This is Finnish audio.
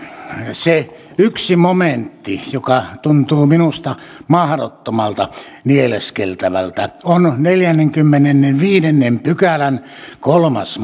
se yksi momentti joka tuntuu minusta mahdottomalta nieleskeltävältä on neljännenkymmenennenviidennen pykälän kolmas